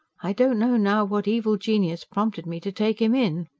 i don't know now what evil genius prompted me to take him in.